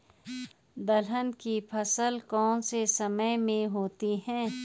दलहन की फसल कौन से समय में होती है?